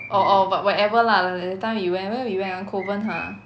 or or what~ wherever lah like that time we went where we went ah kovan ha